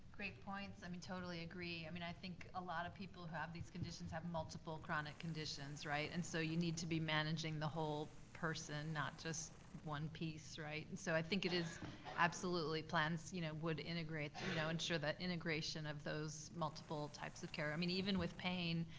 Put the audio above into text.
great points, i mean totally agree. i mean i think a lot of people who have these conditions have multiple chronic conditions, right? and so you need to be managing the whole person, not just one piece, right? and so i think it is absolutely, plans you know would integrate, i'm and you know and sure that integration of those multiple types of care. i mean, even with pain,